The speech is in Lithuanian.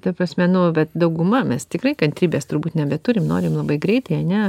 ta prasme nu bet dauguma mes tikrai kantrybės turbūt nebeturim norim labai greitai ane